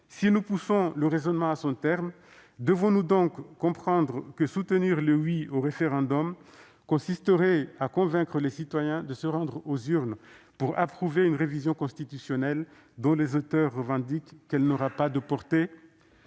Si nous poussons le raisonnement à son terme, devons-nous donc comprendre que soutenir le « oui » au référendum consisterait à convaincre les citoyens de se rendre aux urnes pour approuver une révision constitutionnelle dont les auteurs revendiquent qu'elle n'aura pas de portée ?